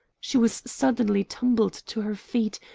she was suddenly tumbled to her feet,